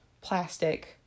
plastic